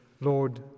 Lord